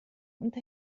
und